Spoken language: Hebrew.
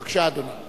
בבקשה, אדוני.